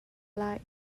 lai